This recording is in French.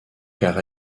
car